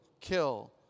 kill